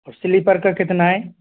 और स्लीपर का कितना है